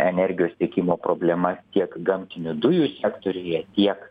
energijos tiekimo problemas tiek gamtinių dujų sektoriuje tiek